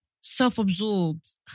self-absorbed